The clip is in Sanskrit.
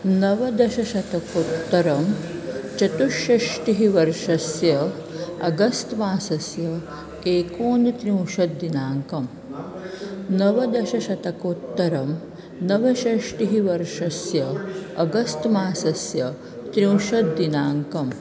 नवदशशतकोत्तरं चतुष्षष्टिः वर्षस्य अगस्त् मासस्य एकोनत्रिंशत् दिनाङ्कः नवदशशतकोत्तरं नवषष्टिः वर्षस्य अगस्त् मासस्य त्रिंशत् दिनाङ्कः